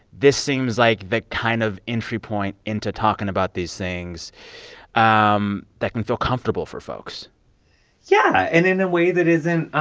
this seems like the kind of entry point into talking about these things um that can feel comfortable for folks yeah. and in a way that isn't ah